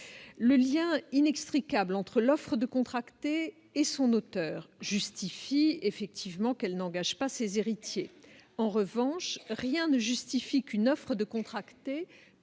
le lien inextricable entre l'offre de contracter et son auteur justifie effectivement qu'elle n'engage pas ses héritiers, en revanche, rien ne justifie qu'une offre de contracter